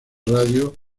radio